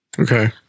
Okay